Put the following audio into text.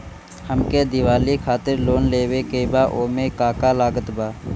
हमके दिवाली खातिर लोन लेवे के बा ओमे का का लागत बा?